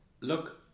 look